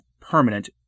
permanent